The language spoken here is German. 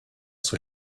zur